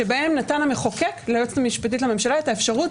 שבהם נתן המחוקק ליועצת המשפטית לממשלה את האפשרות